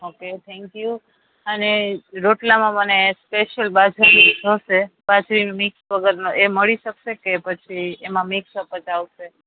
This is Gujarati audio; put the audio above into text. ઓકે થેન્કયૂ અને રોટલામાં મને સ્પેશિયલ બાજરી જોશે બાજરી મિક્સ વગરનો એ મળી શકશે કે પછી એમાં મિક્સ અપ જ આવશે